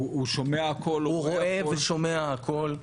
רואה ושומע הכול.